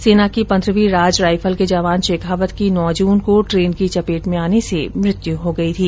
सेना की पन्द्रहवीं राज राइफल के जवान शेखावत की नौ जून को ट्रेन की चेपेट में आने से मौत हो गई थी